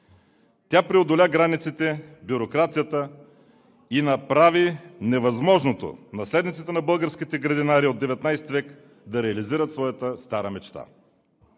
Тя преодоля границите, бюрокрацията и направи невъзможното наследниците на българските градинари от XIX век да реализират своята стара мечта.